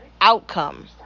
outcome